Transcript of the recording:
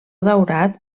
daurat